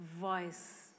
voice